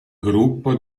gruppo